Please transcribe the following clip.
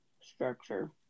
structure